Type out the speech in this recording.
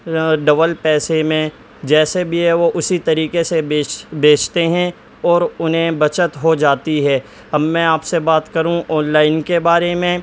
double پیسے میں جیسے بھی ہے وہ اسی طریقے سے بیچ بیچتے ہیں اور انہیں بچت ہو جاتی ہے اب میں آپ سے بات کروں آللائن کے بارے میں